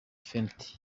fenty